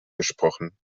gesprochen